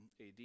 AD